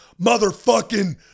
motherfucking